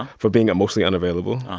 and for being emotionally unavailable.